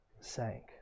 sank